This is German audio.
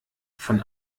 von